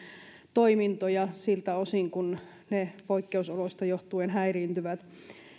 toimintoja siltä osin kuin ne poikkeusoloista johtuen häiriintyvät